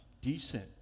decent